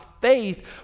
faith